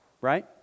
right